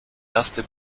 erste